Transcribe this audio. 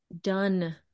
done